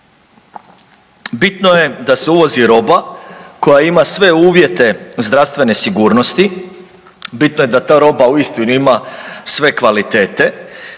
Bitno je da se uvozi roba koja ima sve uvjete zdravstvene sigurnosti, bitno je da ta roba uistinu ima sve kvalitete,